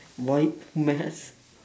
why maths